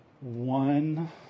one